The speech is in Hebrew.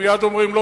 מייד אומרים: לא,